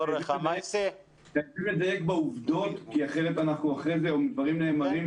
צריך לדייק בעובדות כי אחרת דברים נאמרים ללא בסיס.